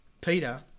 Peter